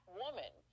woman